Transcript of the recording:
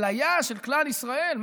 כליה של כלל ישראל?